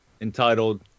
entitled